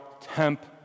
temp